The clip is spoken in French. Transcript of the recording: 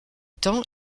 temps